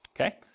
okay